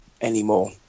anymore